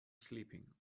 sleeping